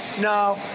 No